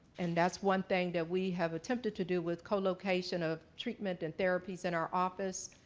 and that's one thing that we have attempted to do with co-location of treatment and therapies in our office,